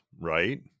right